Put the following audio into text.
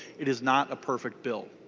it is not a perfect bill.